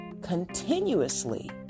continuously